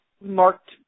marked